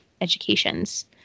educations